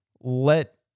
let